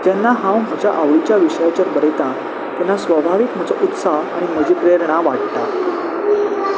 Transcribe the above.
जेन्ना हांव म्हज्या आवडीच्या विशयाचेर बरयता तेन्ना स्वभावीक म्हजो उत्सह आनी म्हजी प्रेरणा वाडटा